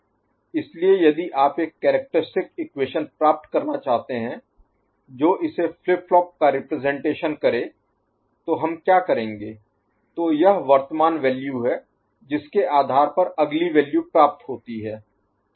इसलिए यदि आप एक कैरेक्टरिस्टिक इक्वेशन प्राप्त करना चाहते हैं जो इस फ्लिप फ्लॉप का रिप्रजेंटेशन करे तो हम क्या करेंगे तो यह वर्तमान वैल्यू है जिसके आधार पर अगली वैल्यू प्राप्त होती है